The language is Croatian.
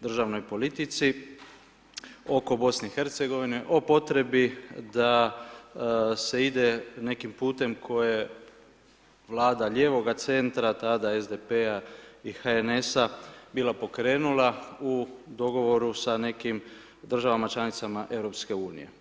državnoj politici oko BiH o potrebi da se ide nekim putem koje Vlada lijevoga centra tada SDP-a i HNS bila pokrenula u dogovoru sa nekim državama članicama EU.